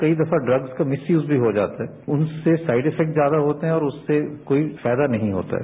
कई दफा ड्रग्स का मिसयूज भी हो जाता है उनसे साइड इफेक्ट ज्यादा होते है और उससे कोई फायदा नहीं होता है